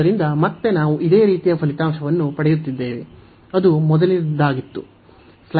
ಆದ್ದರಿಂದ ಮತ್ತೆ ನಾವು ಇದೇ ರೀತಿಯ ಫಲಿತಾಂಶವನ್ನು ಪಡೆಯುತ್ತಿದ್ದೇವೆ ಅದು ಮೊದಲಿನದ್ದಾಗಿತ್ತು